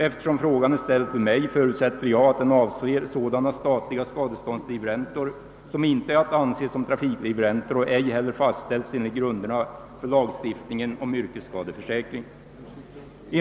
Eftersom frågan är ställd till mig, förutsätter jag att den avser sådana statliga skadeståndslivräntor som inte är att anse som trafiklivräntor och ej heller fastställts enligt grunderna för lagstiftningen om yrkesskadeförsäkring.